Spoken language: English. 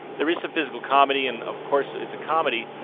there is some physical comedy. and, of course, it's a comedy,